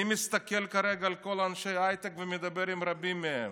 אני מסתכל כרגע על כל אנשי ההייטק ומדבר עם רבים מהם,